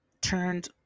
turned